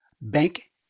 bank